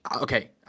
okay